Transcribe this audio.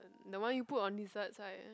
the one you put on dessert side